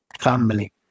Family